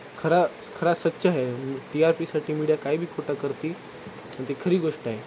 खरा खरा स्वच्छ आहे टी आर पीसाठी मीडिया काय बी खोटा करते म्हणते खरी गोष्ट आहे